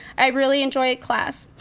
i really enjoy class.